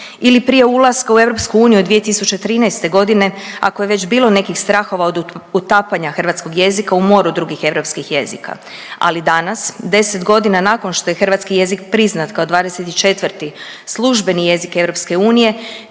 ili prije ulaska u EU 2013. godine ako je već bilo nekih strahova od utapanja hrvatskog jezika u moru drugih europskih jezika. Ali danas 10 godina nakon što je hrvatski jezik priznat kao 24 službeni jezik EU,